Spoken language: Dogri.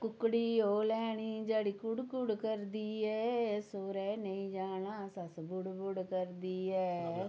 कुकड़ी ओ लैनी जेह्ड़ी कुड़ कुड़ करदी ऐ सौह्रे नेईं जाना सस्स बुड़ बुड़ करदी ऐ